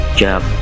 job